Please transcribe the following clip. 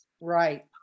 right